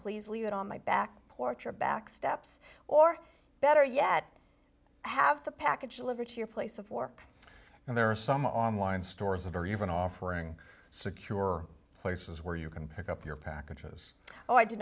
please leave it on my back porch or back steps or better yet have the package delivered to your place of work and there are some online stores that are even offering secure places where you can pick up your